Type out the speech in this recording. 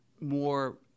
more